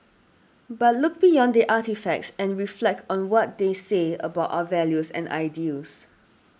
but look beyond the artefacts and reflect on what they say about our values and ideals